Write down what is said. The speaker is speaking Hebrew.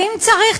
ואם צריך,